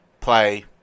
Play